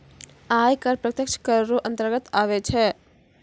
आय कर प्रत्यक्ष कर रो अंतर्गत आबै छै